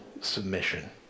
submission